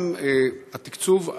גם התקצוב,